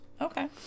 Okay